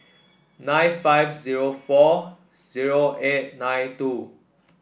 nine five zero four zero eight nine two